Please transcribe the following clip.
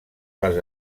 les